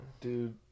Dude